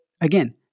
again